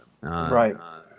Right